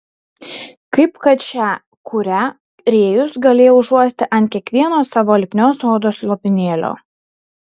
kaip kad šią kurią rėjus galėjo užuosti ant kiekvieno savo lipnios odos lopinėlio